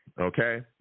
okay